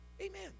Amen